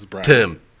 Tim